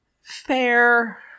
Fair